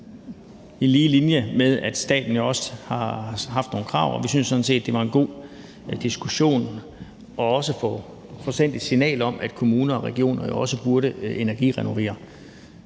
i linje med, at staten jo også har haft nogle krav. Og vi synes sådan set, det var en god diskussion og at få sendt et signal om, at kommuner og regioner jo også burde energirenovere.